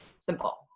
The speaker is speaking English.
simple